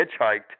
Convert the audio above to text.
hitchhiked